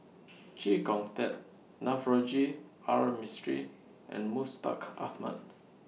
Chee Kong Tet Navroji R Mistri and Mustaq Ahmad